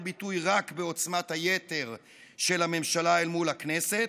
ביטוי רק בעוצמת היתר של הממשלה אל מול הכנסת,